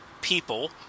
people